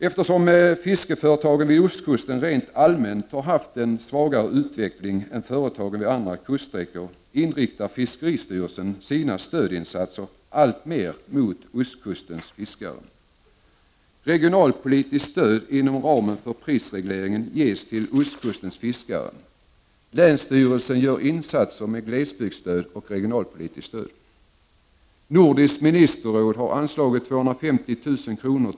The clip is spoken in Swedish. Eftersom fiskeriföretagen vid ostkusten rent allmänt har haft en svagare utveckling än företagen vid andra kuststräckor, inriktar fiskeristyrelsen sina stödinsatser alltmer mot ostkustens fiskare. Regionalpolitiskt stöd inom ramen för prisregleringen ges till dessa fiskare. Länsstyrelserna gör insatser med glesbygdsstöd och regionalpolitiskt stöd. Nordiska ministerrådet har anslagit 250 000 kr.